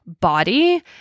Body